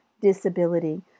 disability